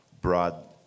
broad